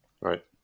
Right